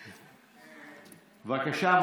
בבקשה.